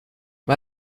vad